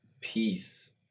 peace